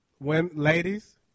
ladies